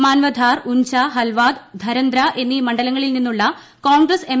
മാൻവധാർ ഉൻചാ ഹൽവാദ് ധരന്ദ്ര എന്നീ മണ്ഡലങ്ങളിൽ നിന്നുള്ള കോൺഗ്രസ് എം